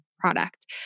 product